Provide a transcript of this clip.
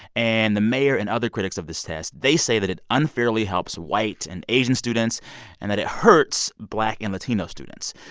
and the mayor and other critics of this test they say that it unfairly helps white and asian students and that it hurts black and latino students.